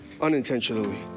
unintentionally